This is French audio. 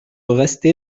resté